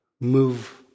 move